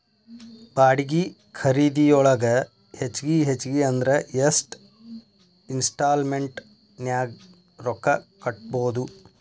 ಬಾಡ್ಗಿ ಖರಿದಿಯೊಳಗ ಹೆಚ್ಗಿ ಹೆಚ್ಗಿ ಅಂದ್ರ ಯೆಷ್ಟ್ ಇನ್ಸ್ಟಾಲ್ಮೆನ್ಟ್ ನ್ಯಾಗ್ ರೊಕ್ಕಾ ಕಟ್ಬೊದು?